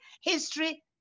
history